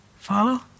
Follow